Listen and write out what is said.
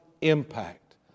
impact